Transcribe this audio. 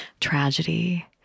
tragedy